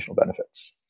benefits